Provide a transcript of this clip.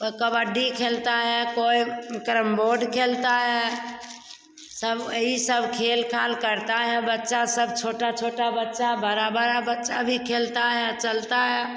कोई कबड्डी खेलता है कोई कैरम बोर्ड खेलता है सब यही सब खेल खाल करता है बच्चा सब छोटा छोटा बच्चा बड़ा बड़ा बच्चा भी खेलता है या चलता है